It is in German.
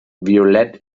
violett